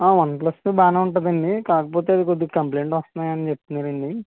one plus two బాగానే ఉంటుందండి కాకపోతే అది కొద్దిగా కంప్లైంట్లు వస్తున్నాయని చెప్తున్నారండి